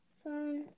phone